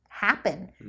happen